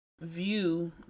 view